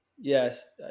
yes